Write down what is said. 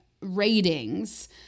ratings